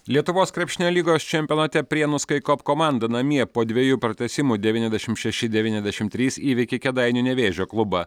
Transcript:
lietuvos krepšinio lygos čempionate prienų skaikop komanda namie po dviejų pratęsimų devyniasdešim šeši devyniasdešim trys įveikė kėdainių nevėžio klubą